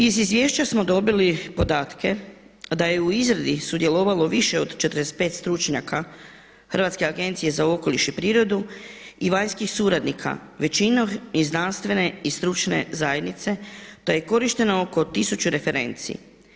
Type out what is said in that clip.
Iz izvješća smo dobili podatke a da je u izradi sudjelovalo više od 45 stručnjaka Hrvatske agencije za okoliš i prirodu i vanjskih suradnika, većina iz znanstvene i stručne zajednice, da je korišteno oko tisuću referenci.